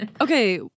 Okay